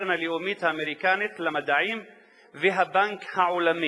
הלאומית האמריקנית למדעים והבנק העולמי.